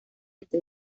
entre